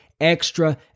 extra